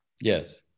Yes